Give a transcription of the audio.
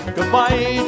Goodbye